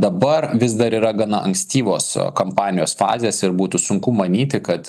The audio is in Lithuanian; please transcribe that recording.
dabar vis dar yra gana ankstyvos kampanijos fazės ir būtų sunku manyti kad